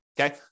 Okay